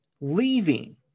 leaving